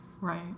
Right